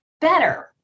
better